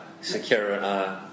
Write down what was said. secure